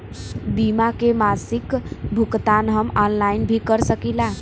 बीमा के मासिक भुगतान हम ऑनलाइन भी कर सकीला?